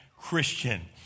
Christian